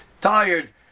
tired